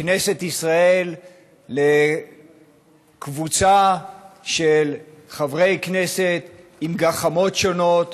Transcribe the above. מכנסת ישראל לקבוצה של חברי כנסת עם גחמות שונות,